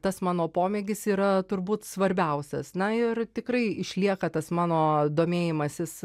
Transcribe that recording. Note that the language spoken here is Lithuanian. tas mano pomėgis yra turbūt svarbiausias na ir tikrai išlieka tas mano domėjimasis